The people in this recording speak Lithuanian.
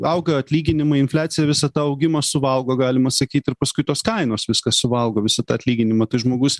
auga atlyginimai infliacija visą tą augimą suvalgo galima sakyt ir paskui tos kainos viską suvalgo visą tą atlyginimą tai žmogus